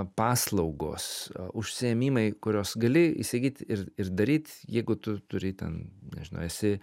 paslaugos užsiėmimai kuriuos gali įsigyti ir ir daryt jeigu tu turi ten nežinau esi